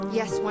yes